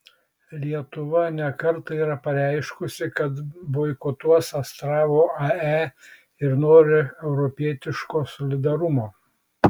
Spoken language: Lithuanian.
lietuva ne kartą yra pareiškusi kad boikotuos astravo ae ir nori europietiško solidarumo